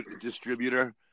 distributor